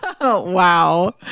Wow